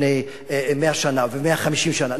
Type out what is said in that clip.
לפני 100 שנה ו-150 שנה.